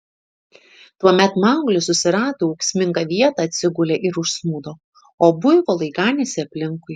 tuomet mauglis susirado ūksmingą vietą atsigulė ir užsnūdo o buivolai ganėsi aplinkui